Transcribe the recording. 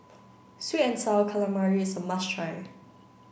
sweet and sour calamari is a must try